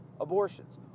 abortions